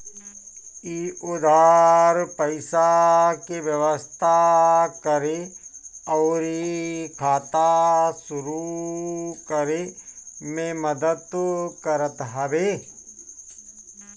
इ उधार पईसा के व्यवस्था करे अउरी खाता शुरू करे में मदद करत हवे